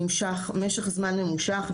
נמשך משך זמן ממושך.